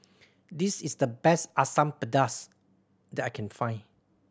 this is the best Asam Pedas that I can find